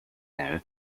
now